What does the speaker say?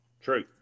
True